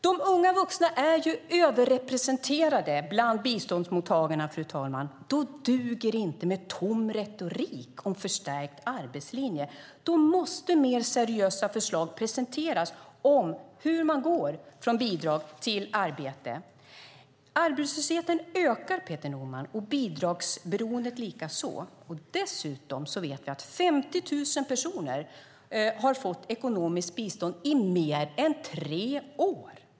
De unga vuxna är ju överrepresenterade bland biståndsmottagarna, fru talman. Då duger det inte med tom retorik om förstärkt arbetslinje. Då måste mer seriösa förslag presenteras om hur man går från bidrag till arbete. Arbetslösheten ökar, Peter Norman, och bidragsberoendet likaså. Dessutom vet vi att 50 000 personer har fått ekonomiskt bistånd i mer än tre år.